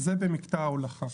זה במקטע ההולכה.